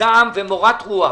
זעם ומורת רוח